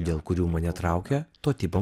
dėl kurių mane traukė to tipo